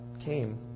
came